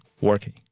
working